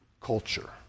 culture